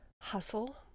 hustle